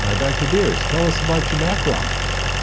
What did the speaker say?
ah dr. diers, tell us about your background.